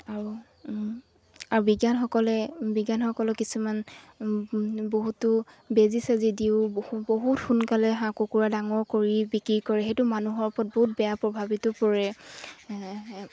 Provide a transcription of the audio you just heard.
আৰু আ বিজ্ঞানসকলে বিজ্ঞানসকলক কিছুমান বহুতো বেজী চেজি দিওঁ বহু বহুত সোনকালে হাঁহ কুকুৰা ডাঙৰ কৰি বিক্ৰী কৰে সেইটো মানুহৰ ওপৰত বহুত বেয়া প্ৰভাৱিত পৰে